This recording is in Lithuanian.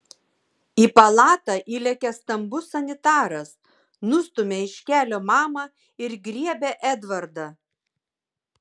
į palatą įlekia stambus sanitaras nustumia iš kelio mamą ir griebia edvardą